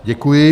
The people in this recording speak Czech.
Děkuji.